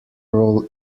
role